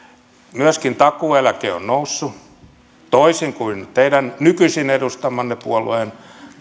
myöskin takuueläke on on noussut toisin kuin teidän nykyisin edustamanne puolueen